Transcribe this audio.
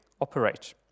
operate